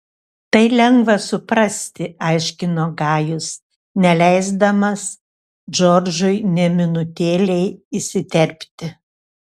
tai lengva suprasti aiškino gajus neleisdamas džordžui nė minutėlei įsiterpti